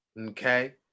okay